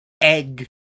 egg